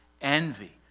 envy